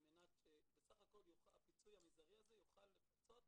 על מנת שבסך הכל הפיצוי המזערי הזה יוכל לפצות